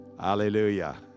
Hallelujah